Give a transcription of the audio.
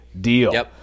deal